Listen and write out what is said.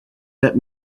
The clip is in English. let